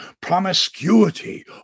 Promiscuity